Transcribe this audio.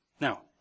Now